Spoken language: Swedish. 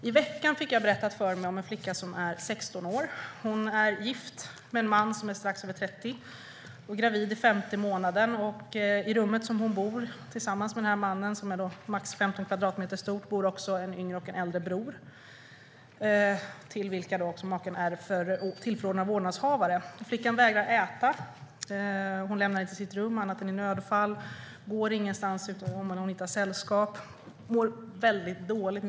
I veckan fick jag berättat för mig om en flicka som är 16 år. Hon är gift med en man som är strax över 30 år. Hon är gravid i femte månaden. I rummet som hon bor tillsammans med mannen, och som är max 15 kvadratmeter stort, bor också en yngre och en äldre bror till vilka maken är tillförordnad vårdnadshavare. Flickan vägrar att äta. Hon lämnar inte sitt rum annat än i nödfall. Hon går ingenstans om hon inte har sällskap. Hon mår väldigt dåligt.